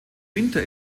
winter